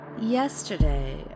Yesterday